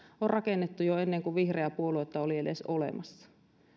on rakennettu jo ennen kuin vihreää puoluetta oli edes olemassa